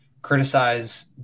criticize